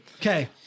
Okay